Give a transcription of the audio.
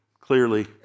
clearly